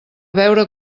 veure